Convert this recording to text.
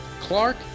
Clark